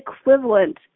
equivalent